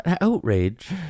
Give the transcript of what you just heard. Outrage